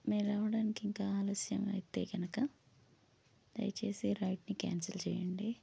మీరు రావడానికి ఇంకా ఆలస్యం అయితే కనుక దయచేసి రైడ్ని క్యాన్సిల్ చేయండి